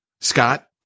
Scott